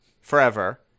forever